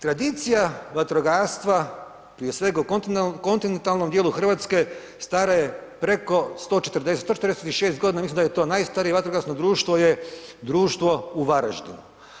Tradicija vatrogastva prije svega u kontinentalnom dijelu Hrvatske stara je preko 140, 146 godina, mislim da je to najstarije vatrogasno društvo je društvo u Varaždinu.